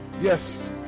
Yes